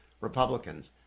Republicans